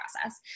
process